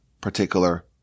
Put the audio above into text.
particular